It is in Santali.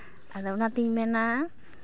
ᱟᱫᱚ ᱚᱱᱟᱛᱤᱧ ᱢᱮᱱᱟ